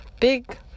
big